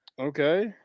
Okay